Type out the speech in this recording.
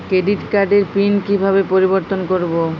Credit কার্ডের PIN কিভাবে পরিবর্তন করবো?